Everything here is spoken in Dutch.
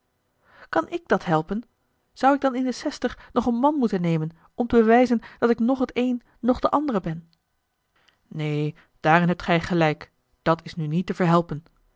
kan ik dàt helpen zou ik dan in de zestig nog een man moeten nemen om te bewijzen dat ik noch het een noch de andere ben neen daarin hebt gij gelijk dat is nu niet te verhelpen